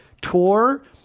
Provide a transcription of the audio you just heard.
tour